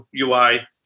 UI